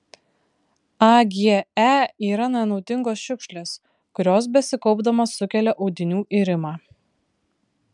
age yra nenaudingos šiukšlės kurios besikaupdamos sukelia audinių irimą